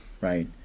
right